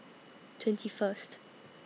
twenty First